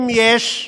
אם יש,